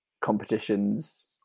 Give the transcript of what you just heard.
competitions